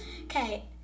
Okay